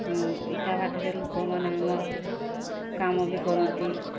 ହଁ ଇଟା ଭାଟିରେ ଲୁକମାନେ ଆମର କାମ ବି କରନ୍ତି